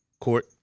court